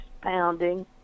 pounding